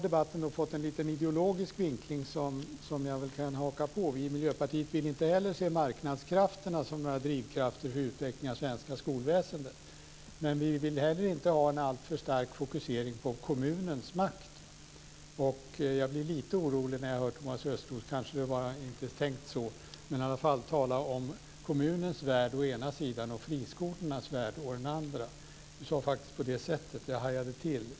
Debatten har fått en lite ideologisk vinkling, som jag väl kan haka på. Vi i Miljöpartiet vill inte se marknadskrafterna som drivfjäder i utvecklingen av det svenska skolväsendet, men vi vill inte heller ha en alltför stark fokusering på kommunens makt. Jag blir lite orolig när jag hör Thomas Östros tala om å ena sidan kommunens värld och andra sidan friskolornas värld. Kanske var det inte tänkt så, men det sades faktiskt på det sättet, och då hajade jag till.